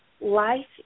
Life